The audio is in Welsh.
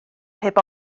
heb